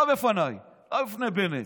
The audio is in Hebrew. לא בפניי, לא בפני בנט,